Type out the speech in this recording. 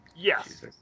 Yes